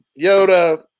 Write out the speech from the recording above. Yoda